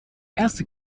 erste